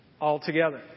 altogether